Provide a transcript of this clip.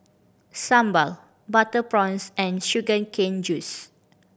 sambal butter prawns and sugar cane juice